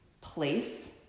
place